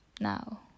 now